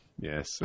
yes